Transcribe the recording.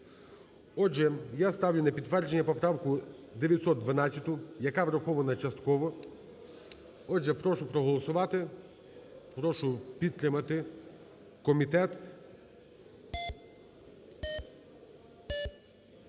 Отже, я ставлю на підтвердження поправку 912, яка врахована частково. Отже, прошу проголосувати, прошу підтримати комітет.